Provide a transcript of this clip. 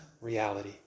reality